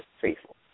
faithful